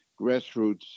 grassroots